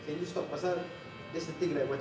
can you stop pasal that's the thing